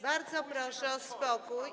Bardzo proszę o spokój.